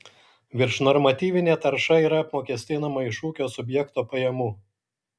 viršnormatyvinė tarša yra apmokestinama iš ūkio subjekto pajamų